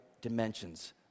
dimensions